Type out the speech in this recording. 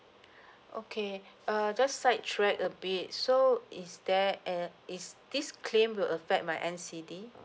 okay err just side track a bit so is there a~ is this claim will affect my N_C_D